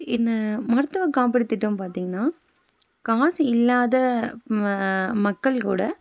இந்த மருத்துவ காப்பீடு திட்டம் பார்த்தீங்கன்னா காசு இல்லாத ம மக்கள் கூட